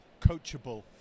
Coachable